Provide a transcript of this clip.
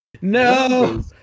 No